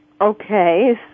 Okay